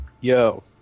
yo